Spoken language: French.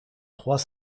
trois